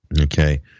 Okay